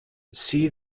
see